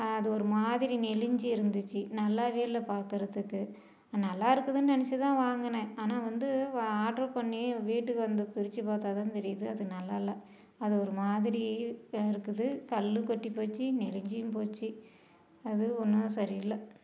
அது ஒரு மாதிரி நெளிஞ்சு இருந்துச்சு நல்லாவே இல்லை பார்க்குறதுக்கு அது நல்லா இருக்குதுன்னு நினைச்சிதான் வாங்கினேன் ஆனால் வந்து ஆட்ரு பண்ணி வீட்டுக்கு வந்து பிரித்து பார்த்தாதான் தெரியுது அது நல்லா இல்லை ஒரு மாதிரி இருக்குது கல் கொட்டி போச்சு நெளிஞ்சும் போச்சு அது ஒன்றும் சரி இல்லை